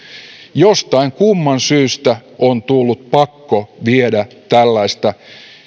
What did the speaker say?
jostain kumman syystä on tullut pakko viedä tällaista